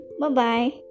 Bye-bye